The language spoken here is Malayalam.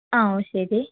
ആ ഒ ശരി